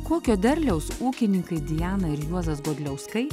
kokio derliaus ūkininkai diana ir juozas godliauskai